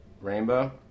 rainbow